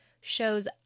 shows